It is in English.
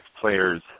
players